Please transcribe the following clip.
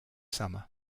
summer